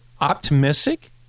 optimistic